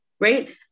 right